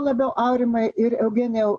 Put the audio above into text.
labiau aurimai ir eugenijau